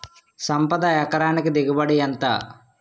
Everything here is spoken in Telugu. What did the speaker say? సంపద ఎకరానికి దిగుబడి ఎంత?